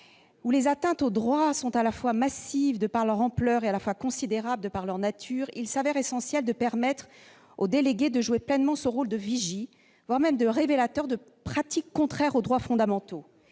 où les atteintes aux droits sont à la fois massives par leur ampleur et considérables par leur nature, il s'avère essentiel de permettre au délégué de jouer pleinement son rôle de vigie, voire de révélateur de pratiques contraires aux droits fondamentaux.